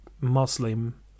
Muslim